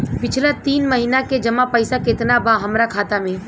पिछला तीन महीना के जमा पैसा केतना बा हमरा खाता मे?